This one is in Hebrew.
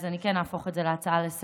אז כן אהפוך את זה להצעה לסדר-היום.